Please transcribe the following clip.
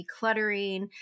decluttering